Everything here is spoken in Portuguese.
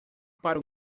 para